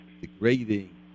degrading